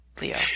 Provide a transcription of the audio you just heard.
Leo